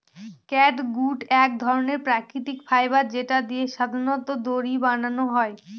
catgut এক ধরনের প্রাকৃতিক ফাইবার যেটা দিয়ে সাধারনত দড়ি বানানো হয়